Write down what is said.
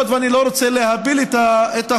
היות שאני לא רוצה להפיל את החוק,